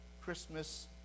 Christmas